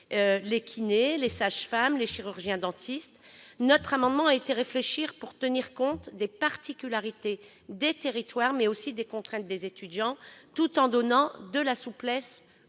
les sages-femmes ou les chirurgiens-dentistes. Notre amendement a été conçu pour tenir compte des particularités des territoires, mais aussi des contraintes des étudiants tout en donnant de la souplesse